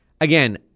Again